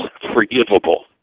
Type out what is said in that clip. forgivable